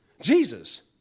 Jesus